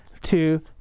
two